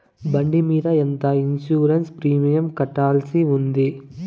బండి మీద ఎంత ఇన్సూరెన్సు ప్రీమియం కట్టాల్సి ఉంటుంది?